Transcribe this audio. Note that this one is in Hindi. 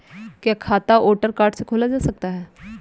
क्या खाता वोटर कार्ड से खोला जा सकता है?